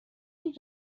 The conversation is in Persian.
این